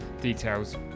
details